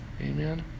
Amen